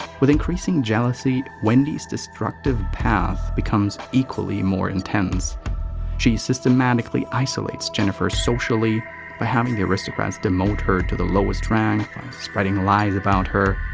with increasing jealousy, wendy's destructive path becomes equally more intense she systematically isolates jennifer socially by having the aristocrats demote her to the lowest rank, by spreading lies about her.